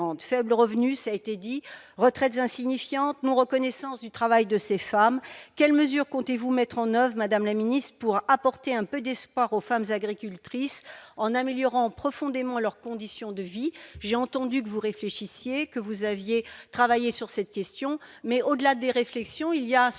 faibles revenus, retraites insignifiantes, non-reconnaissance du travail de ces femmes ... Quelles mesures comptez-vous prendre, madame la secrétaire d'État, pour apporter un peu d'espoir aux femmes agricultrices en améliorant profondément leurs conditions de vie ? J'ai entendu que vous réfléchissiez, que vous aviez travaillé sur cette question. Au-delà des réflexions, il y a